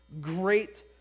great